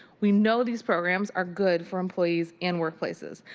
we know these programs are good for employees and workplaces.